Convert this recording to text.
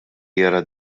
jara